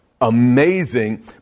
amazing